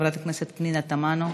חברת הכנסת פנינה תמנו,